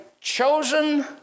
chosen